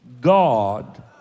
God